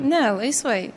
ne laisvai